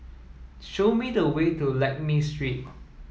show me the way to Lakme Street